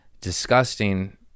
disgusting